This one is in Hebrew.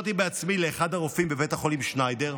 לאחד הרופאים בבית החולים שניידר,